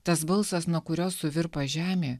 tas balsas nuo kurio suvirpa žemė